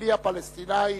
הישראלי פלסטיני,